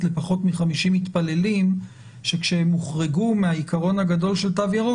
עם פחות מ-50 מתפללים שכאשר הם הוחרגו מהעיקרון הגדול של תו ירוק,